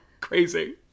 Crazy